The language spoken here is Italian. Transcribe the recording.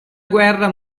guerra